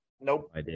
Nope